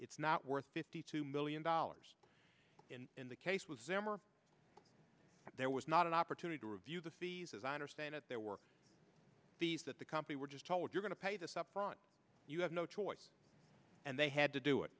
it's not worth fifty two million dollars in the case with zimmer there was not an opportunity to review the fees as i understand it there were fees that the company were just told you're going to pay this upfront you have no choice and they had to do it